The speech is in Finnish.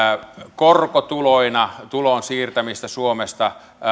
korkotuloina tulon siirtämistä suomesta